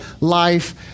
life